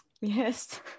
yes